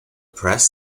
press